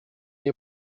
nie